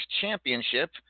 championship